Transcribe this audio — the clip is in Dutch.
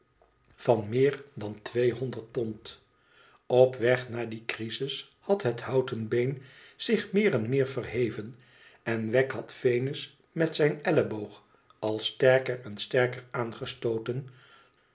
van meer dan tweehonderd pond op weg naar die crisis had het houten been zich meer en meer verheven en wegg had venus met zijn elleboog al sterker en sterker aangestooten